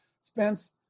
Spence